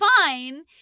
fine